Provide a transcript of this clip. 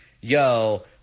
yo